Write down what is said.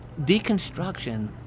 deconstruction